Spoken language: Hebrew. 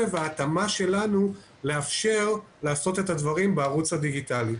וההתאמה שלנו לאפשר לעשות את הדברים בערוץ הדיגיטלי.